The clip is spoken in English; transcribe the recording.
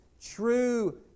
true